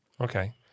Okay